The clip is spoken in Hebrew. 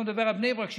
אני לא מדבר על בני ברק,